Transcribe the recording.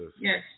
Yes